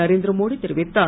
நரேந்திரமோடி தெரிவித்தார்